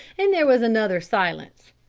and there was another silence.